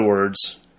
words